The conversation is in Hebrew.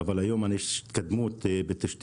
אבל היום יש התקדמות בתשתיות,